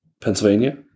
Pennsylvania